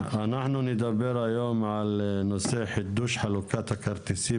אנחנו נדבר היום על נושא חידוש חלוקת הכרטיסים